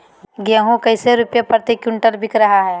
गेंहू कैसे रुपए प्रति क्विंटल बिक रहा है?